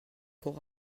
fort